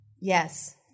Yes